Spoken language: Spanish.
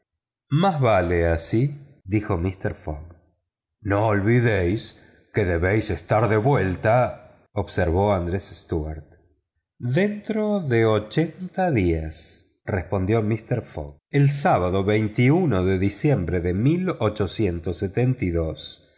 más vale así dijo mister fogg no olvidéis que debéis estar de vuelta observó andrés stuart dentro de ochenta dias respondió mister fogg el sábado de diciembre de a las ocho